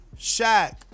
Shaq